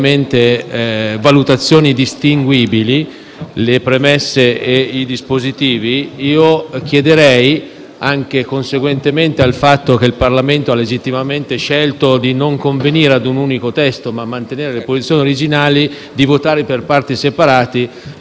la premessa e il dispositivo - chiedo, anche conseguentemente al fatto che il Parlamento ha legittimamente scelto di non confluire su un unico testo ma di mantenere le posizioni originali, di votare per parti separate le premesse e i dispositivi.